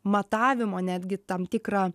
matavimo netgi tam tikrą